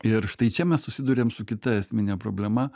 ir štai čia mes susiduriam su kita esmine problema